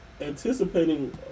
anticipating